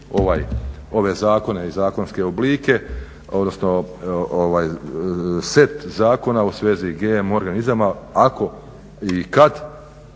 ove zakone i zakonske oblike, odnosno ovaj set zakona u svezi GMO organizama ako i kad,